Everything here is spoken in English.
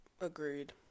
Agreed